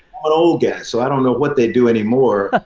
but old guy so i don't know what they do anymore.